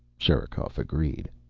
sherikov agreed.